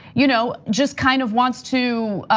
you know, just kind of wants to